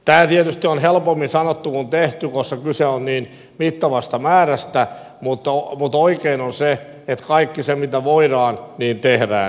tämä tietysti on helpommin sanottu kuin tehty koska kyse on niin mittavasta määrästä mutta oikein on se että kaikki se mitä voidaan tehdään